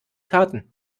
karten